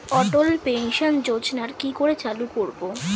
অটল pension যোজনার কি করে চালু করব?